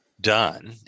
done